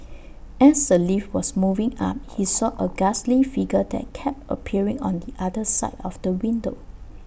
as the lift was moving up he saw A ghastly figure that kept appearing on the other side of the window